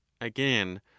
again